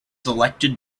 elected